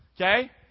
Okay